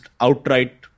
outright